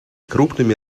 крупными